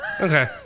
Okay